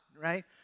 right